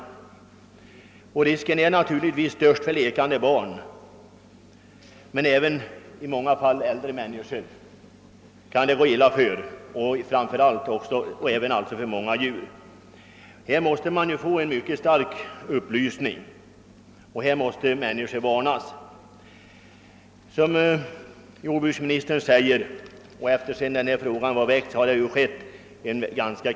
Riskerna är naturligtvis störst för lekande barn. Upplysningen om dessa risker måste bli intensiv så att människorna varnas. Sedan jag ställde min fråga har, som också framgår av svaret, en intensiv informationsverksamhet börjat bedrivas.